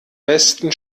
besten